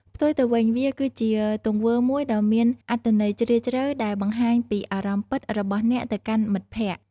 ផ្ទុយទៅវិញ វាគឺជាទង្វើមួយដ៏មានអត្ថន័យជ្រាលជ្រៅ ដែលបង្ហាញពីអារម្មណ៍ពិតរបស់អ្នកទៅកាន់មិត្តភក្តិ។